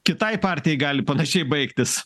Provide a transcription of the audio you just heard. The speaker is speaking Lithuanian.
kitai partijai gali panašiai baigtis